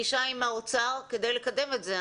פגישה עם האוצר כדי לקדם את זה?